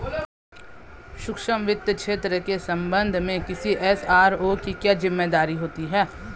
सूक्ष्म वित्त क्षेत्र के संबंध में किसी एस.आर.ओ की क्या जिम्मेदारी होती है?